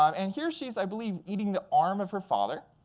um and here she's, i believe, eating the arm of her father.